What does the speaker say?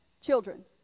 children